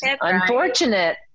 unfortunate